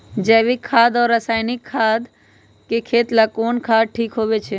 जैविक खाद और रासायनिक खाद में खेत ला कौन खाद ठीक होवैछे?